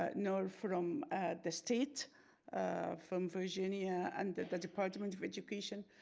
ah nor from the state from virginia and the department of education.